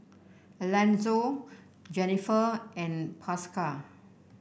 Alanzo Jenniffer and Pascal